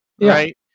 right